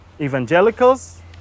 evangelicals